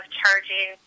charging